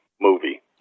movie